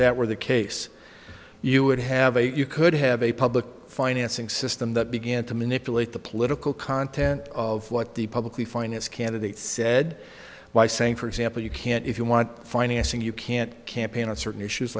that were the case you would have a you could have a public financing system that began to manipulate the political content of what the publicly financed candidates said by saying for example you can't if you want financing you can't campaign on certain issues